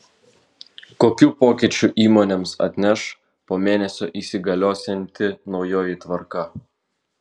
kokių pokyčių įmonėms atneš po mėnesio įsigaliosianti naujoji tvarka